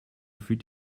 fit